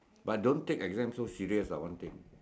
but don't take exam so serious lah one thing